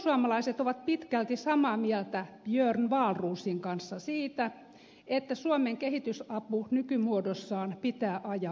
perussuomalaiset ovat pitkälti samaa mieltä björn wahlroosin kanssa siitä että suomen kehitysapu nykymuodossaan pitää ajaa alas